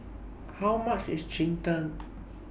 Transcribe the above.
How much IS Cheng Tng